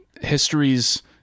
history's